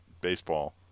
baseball